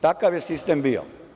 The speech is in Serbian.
Takav je sistem bio.